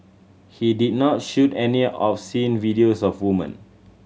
he did not shoot any obscene videos of woman